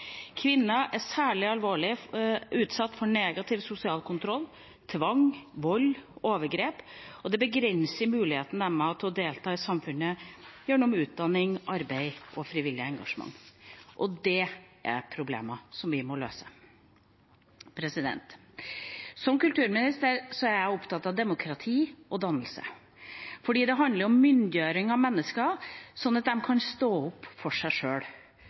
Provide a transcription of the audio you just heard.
Kvinner er særlig alvorlig utsatt for negativ sosial kontroll, tvang, vold og overgrep. Det begrenser muligheten deres til å delta i samfunnet gjennom utdanning, arbeid og frivillig engasjement. Det er problemer som vi må løse. Som kulturminister er jeg opptatt av demokrati og dannelse, fordi det handler om myndiggjøring av mennesker, slik at de kan stå opp for seg sjøl.